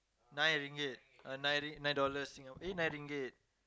nine Ringgit uh nine nine dollars sing eh nine Ringgit